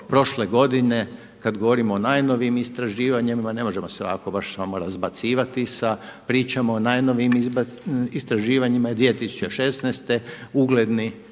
prošle godine, kada govorimo o najnovijim istraživanjima, ne možemo se ovako baš samo razbacivati sa pričama o najnovijim istraživanjima i 2016. ugledni,